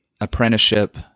apprenticeship